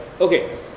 okay